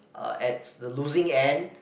uh at the losing end